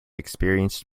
experienced